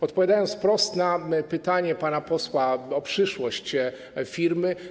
Odpowiadam wprost na pytanie pana posła o przyszłość firmy.